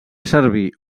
servir